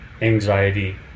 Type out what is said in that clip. anxiety